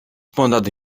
ponad